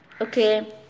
Okay